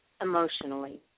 emotionally